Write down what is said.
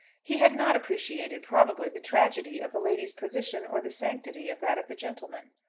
he had not appreciated, probably, the tragedy of the lady's position, or the sanctity of that of the gentleman.